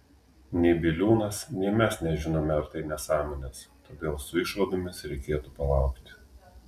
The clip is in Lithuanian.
nei biliūnas nei mes nežinome ar tai nesąmonės todėl su išvadomis reikėtų palaukti